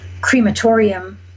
crematorium